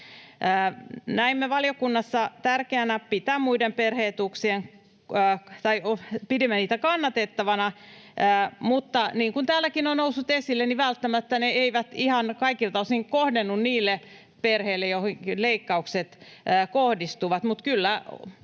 Pidimme valiokunnassa muita perhe-etuuksia kannatettavina, mutta niin kuin täälläkin on noussut esille, välttämättä ne eivät ihan kaikilta osin kohdennu niille perheille, joihin leikkaukset kohdistuvat,